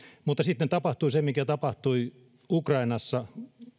mutta sitten tapahtui se mikä tapahtui ukrainassa